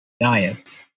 diets